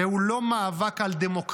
זהו לא מאבק על דמוקרטיה,